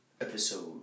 episode